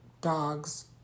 dogs